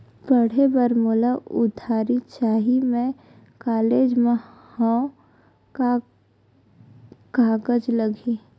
पढ़े बर मोला उधारी चाही मैं कॉलेज मा हव, का कागज लगही?